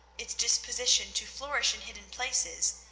its disposition to flourish in hidden places,